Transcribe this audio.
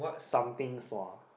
something sua